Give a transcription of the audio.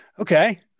Okay